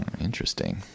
Interesting